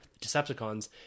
Decepticons